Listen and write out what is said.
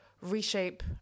reshape